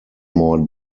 more